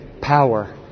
power